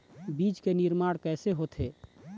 बीज के निर्माण कैसे होथे?